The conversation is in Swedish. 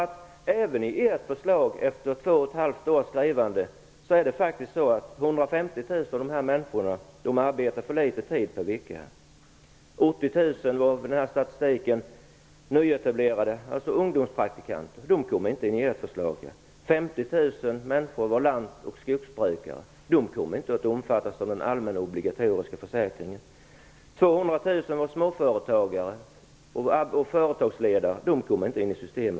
150 000 av dem arbetar för liten tid per vecka för att komma in i systemet, även enligt det förslag som ni presenterade efter två och ett halvt års skrivande. ungdomspraktikanter. De kommer inte in, enligt ert förslag heller. 50 000 människor är lant och skogsbrukare; de kommer inte att omfattas av den allmänna "obligatoriska" försäkringen. 200 000 är småföretagare och företagsledare. De kommer inte heller in i ert system.